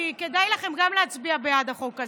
כי כדאי לכם גם להצביע בעד החוק הזה.